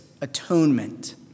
atonement